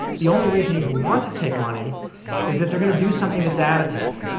the only reason you want to take money is that they are going to do something that's additive.